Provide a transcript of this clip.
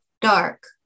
Dark